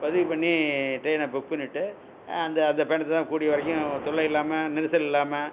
பதிவு பண்ணி ட்ரெயினை புக் பண்ணிவிட்டு அந்த அந்த பயணத்தை தான் கூடிய வரைக்கும் தொல்லை இல்லாமல் நெரிசல் இல்லாமல்